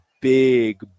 big